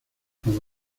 con